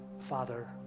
father